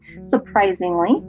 surprisingly